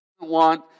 want